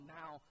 now